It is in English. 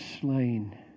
slain